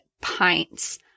pints